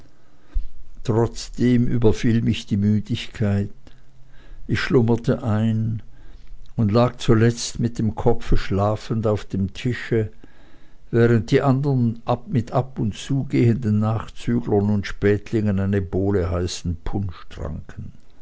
trotzdem überfiel mich die müdigkeit ich schlummerte ein und lag zuletzt mit dem kopfe schlafend auf dem tische während die andern mit ab und zugehenden nachzüglern und spätlingen eine bowle heißen punsch